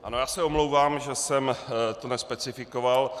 Ano, já se omlouvám, že jsem to nespecifikoval.